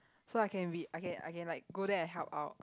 so I can be I can I can like go there and help out